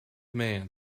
man